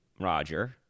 Roger